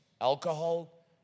alcohol